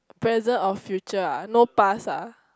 present or future ah no past ah